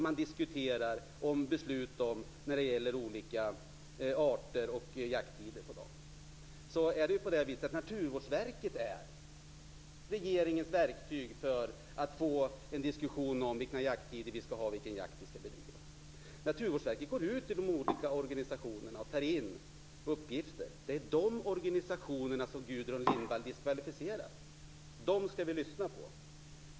Man diskuterar beslut om olika arter och jakttider på dagen. Naturvårdsverket är regeringens verktyg när det gäller att få till stånd en diskussion om vilka jakttider vi skall ha och vilken jakt vi skall bedriva. Naturvårdsverket går ut till de olika organisationerna och tar in uppgifter. Det är dessa organisationer som Gudrun Lindvall diskvalificerar. Dem skall vi lyssna på.